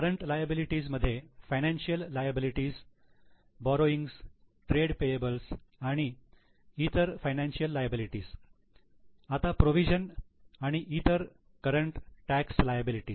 current liability मध्ये financial liability borrowings trade payables आणि इतर फायनान्शिअल लायबिलिटी आता प्रोविजन आणि इतर करंट टॅक्स लायबिलिटी